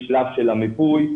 בשלב של המיפוי,